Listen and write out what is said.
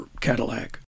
Cadillac